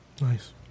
Nice